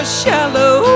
shallow